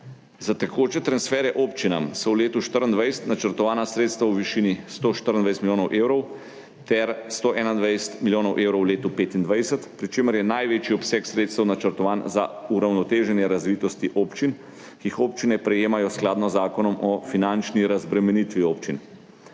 Za tekoče transferje občinam so v letu 2024 načrtovana sredstva v višini 124 milijonov evrov ter 121 milijonov evrov v letu 2025, pri čemer je največji obseg sredstev načrtovan za uravnoteženje razvitosti občin, ki jih občine prejemajo skladno z Zakonom o finančni razbremenitvi občin,